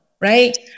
right